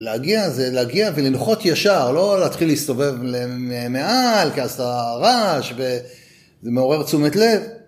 להגיע זה להגיע ולנחות ישר, לא להתחיל להסתובב למעל, כי אז אתה רעש וזה מעורר תשומת לב.